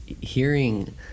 hearing